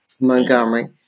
Montgomery